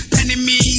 enemy